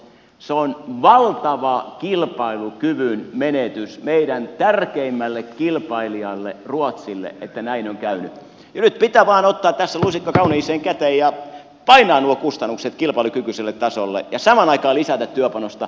se on valtava kilpailukyvyn menetys meidän tärkeimmälle kilpailijalle ruotsille että näin on käynyt ja nyt pitää vain ottaa tässä lusikka kauniiseen käteen ja painaa nuo kustannukset kilpailukykyiselle tasolle ja samaan aikaan lisätä työpanosta